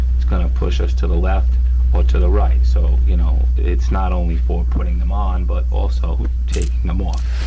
it's gonna push those to the left or to the right so you know, it's not only for putting them on but also taking them off.